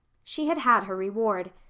she had had her reward.